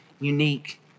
unique